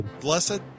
Blessed